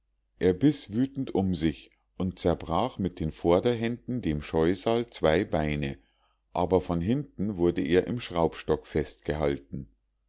er biß wütend um sich und zerbrach mit den vorderhänden dem scheusal zwei beine aber von hinten wurde er im schraubstock festgehalten